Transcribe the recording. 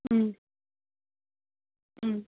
ꯎꯝ ꯎꯝ